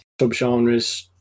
subgenres